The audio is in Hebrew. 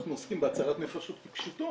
אנחנו עוסקים בהצלת נפשות כפשוטו,